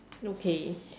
okay